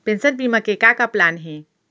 Pension बीमा के का का प्लान हे?